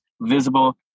visible